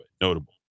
Notable